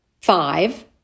five